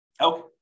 okay